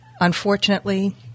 Unfortunately